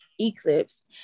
Eclipse